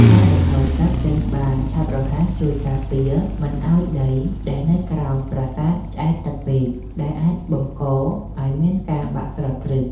ការបង្ហូរទឹកចេញបានឆាប់រហ័សជួយការពារមិនឱ្យដីដែលនៅក្រោមប្រាសាទឆ្អែតទឹកពេក ដែលអាចបង្កឱ្យមានការបាក់ស្រុតគ្រឹះ។